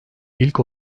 i̇lk